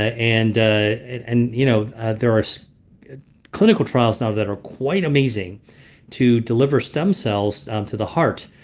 ah and ah and you know there are so clinical trials now that are quite amazing to deliver stem cells um to the heart.